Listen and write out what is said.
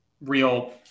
real